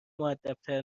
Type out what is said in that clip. مودبتر